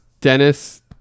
Dennis